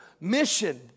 mission